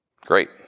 Great